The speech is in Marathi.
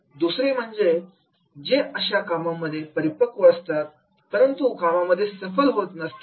दुसरे म्हणजे जे अशा कामांमध्ये परिपक्व असतात परंतु कामांमध्ये सफल होत नसतात